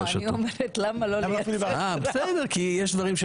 אני אומרת למה לא לייצר --- יש דברים של